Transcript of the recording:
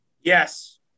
Yes